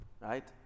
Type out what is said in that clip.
right